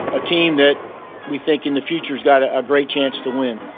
a team that we think in the future has got ah a great chance to win.